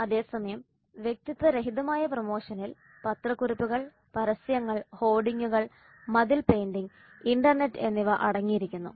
അതേസമയം വ്യക്തിത്വരഹിതമായ പ്രമോഷനിൽ പത്രക്കുറിപ്പുകൾ പരസ്യങ്ങൾ ഹോർഡിങ്ങുകൾ മതിൽ പെയിന്റിംഗ് ഇന്റർനെറ്റ് എന്നിവ അടങ്ങിയിരിക്കുന്നു